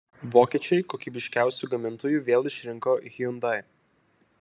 vokiečiai kokybiškiausiu gamintoju vėl išrinko hyundai